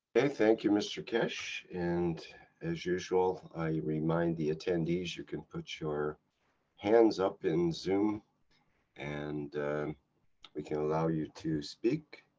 thank you mr. keshe and as usual i remind the attendees you can put your hands up in zoom and we can allow you to speak.